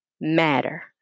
Matter